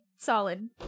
Solid